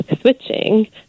switching